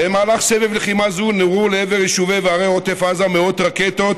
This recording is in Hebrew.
במהלך סבב לחימה זה נורו לעבר יישובי וערי עוטף עזה מאות רקטות,